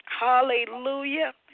Hallelujah